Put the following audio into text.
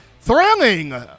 thrilling